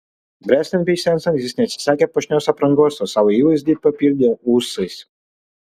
bręstant bei senstant jis neatsisakė puošnios aprangos o savo įvaizdį papildė ūsais